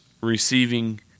receiving